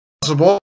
possible